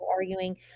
arguing